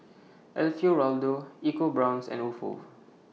Alfio Raldo EcoBrown's and Ofo